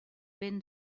ben